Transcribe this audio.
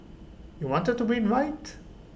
you wanted to win right